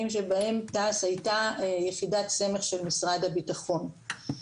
שבהם תע"ש הייתה יחידת סמך של משרד הביטחון.